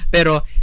Pero